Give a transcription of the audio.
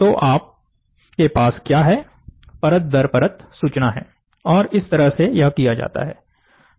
तो अब आपके पास क्या है परत दर परत सूचना है और इस तरह से यह किया जाता है